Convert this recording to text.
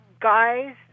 guys